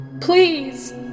please